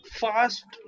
fast